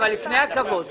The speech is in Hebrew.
אבל לפני הכבוד,